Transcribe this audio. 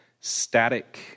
static